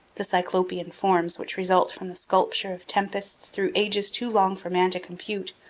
the cyclopean forms which result from the sculpture of tempests through ages too long for man to compute,